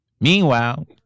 Meanwhile